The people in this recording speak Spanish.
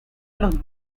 los